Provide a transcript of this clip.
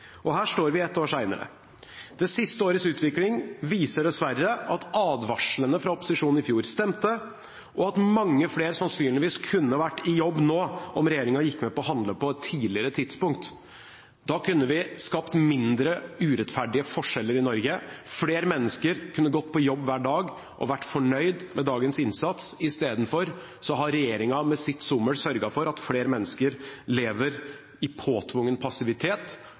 Og her står vi ett år senere. Det siste årets utvikling viser dessverre at advarslene fra opposisjonen i fjor stemte, og at mange flere sannsynligvis kunne vært i jobb nå om regjeringen gikk med på å handle på et tidligere tidspunkt. Da kunne vi skapt mindre urettferdige forskjeller i Norge, flere mennesker kunne gått på jobb hver dag og vært fornøyd med dagens innsats. I stedet har regjeringen med sitt sommel sørget for at flere mennesker lever i påtvungen passivitet